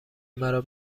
مرا